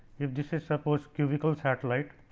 if this is suppose cubicle satellite